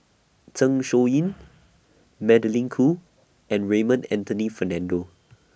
Zeng Shouyin Magdalene Khoo and Raymond Anthony Fernando